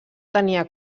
tenia